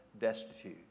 destitute